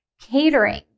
catering